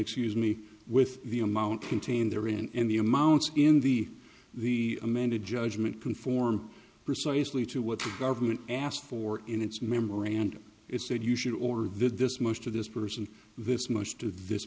excuse me with the amount contained there in the amounts in the the amended judgement conform precisely to what the government asked for in its memorandum it said you should or did this much to this person this much to this